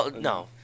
No